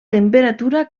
temperatura